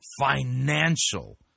financial